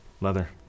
Leather